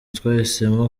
twahisemo